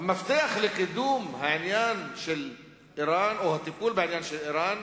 שהמפתח לקידום העניין של אירן או הטיפול בעניין של אירן,